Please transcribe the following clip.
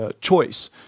Choice